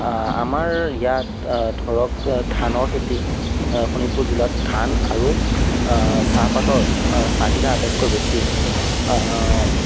আমাৰ ইয়াত ধৰক ধানৰ খেতি শোণিতপুৰ জিলাত ধান আৰু চাহপাতৰ চাহিদা আটাইতকৈ বেছি